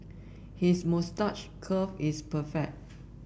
his moustache curl is perfect